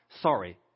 Sorry